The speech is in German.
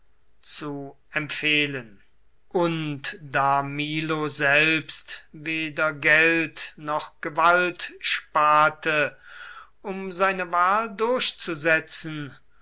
zu empfehlen und da milo selbst weder geld noch gewalt sparte um seine wahl durchzusetzen